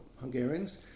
Hungarians